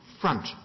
front